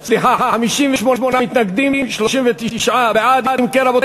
בל"ד וקבוצת סיעת רע"ם-תע"ל-מד"ע וחברי הכנסת אברהם מיכאלי,